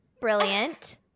Brilliant